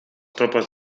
tropes